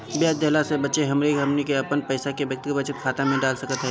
ब्याज देहला से बचे खातिर हमनी के अपन पईसा के व्यक्तिगत बचत खाता में डाल सकत हई